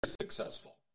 successful